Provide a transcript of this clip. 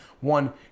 one